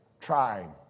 trying